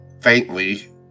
faintly